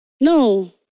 No